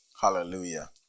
Hallelujah